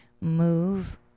move